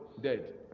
dead